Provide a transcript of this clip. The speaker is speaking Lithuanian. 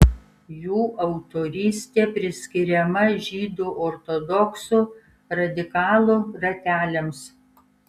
jų autorystė priskiriama žydų ortodoksų radikalų rateliams